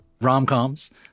rom-coms